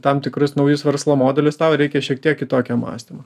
tam tikrus naujus verslo modelis tau reikia šiek tiek kitokio mąstymo